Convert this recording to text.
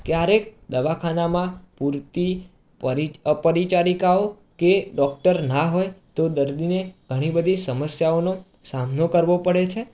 ક્યારેક દવાખાનામાં પૂરતી અ પરિચારિકાઓ કે ડોક્ટર ન હોય તો દર્દીને ઘણી બધી સમસ્યાઓનો સામનો કરવો પડે છે